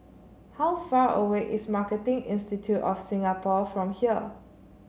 how far away is Marketing Institute of Singapore from here